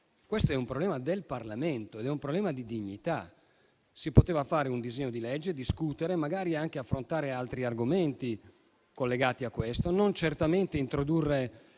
questo è un problema del Parlamento ed è un problema di dignità. Si poteva fare un disegno di legge, discutere, magari anche affrontare altri argomenti collegati a questo, ma non certamente introdurre